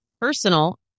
personal